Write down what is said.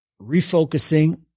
refocusing